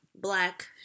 black